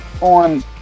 on